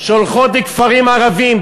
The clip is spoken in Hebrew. שהולכות לכפרים ערביים,